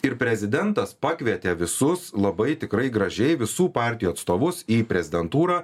ir prezidentas pakvietė visus labai tikrai gražiai visų partijų atstovus į prezidentūrą